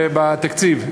בתקציב.